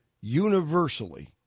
universally